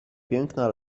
piękna